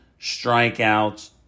strikeouts